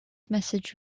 message